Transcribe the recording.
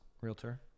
realtor